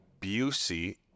Busey